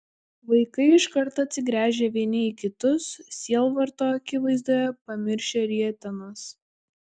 vaikai iškart atsigręžė vieni į kitus sielvarto akivaizdoje pamiršę rietenas